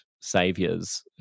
saviors